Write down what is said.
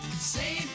save